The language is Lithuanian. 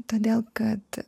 todėl kad